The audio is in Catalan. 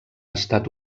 estat